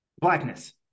blackness